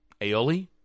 Aioli